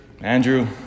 Andrew